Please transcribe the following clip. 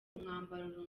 umwambaro